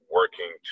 working